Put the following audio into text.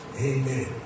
Amen